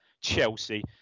Chelsea